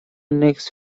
next